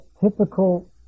typical